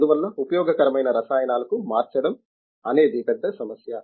అందువల్ల ఉపయోగకరమైన రసాయనాలకు మార్చడం అనేది పెద్ద సమస్య